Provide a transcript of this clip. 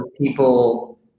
people